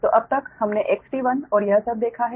तो अब तक हमने XT1 और यह सब देखा है